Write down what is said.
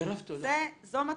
--- מירב, תודה.